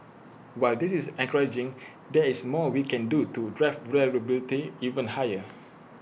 while this is encouraging there is more we can do to drive reliability even higher